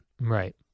Right